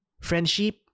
Friendship